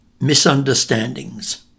Misunderstandings